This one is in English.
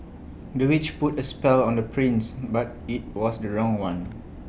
the witch put A spell on the prince but IT was the wrong one